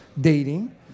dating